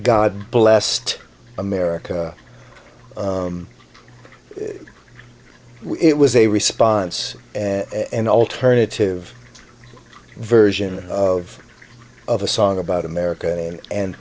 god blessed america it was a response an alternative version of of a song about america and